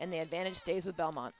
and the advantage stays with belmont